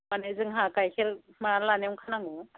मानि जोंहा गाइखेर मा लानायाव खानांगौ